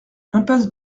impasse